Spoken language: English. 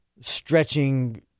stretching